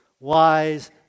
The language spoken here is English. wise